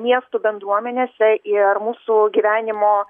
miestų bendruomenėse ir mūsų gyvenimo